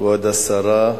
כבוד השרה,